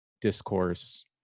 discourse